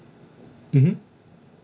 mm hmm